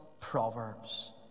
proverbs